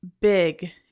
big